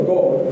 God